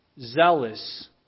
zealous